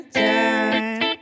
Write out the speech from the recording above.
time